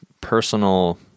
personal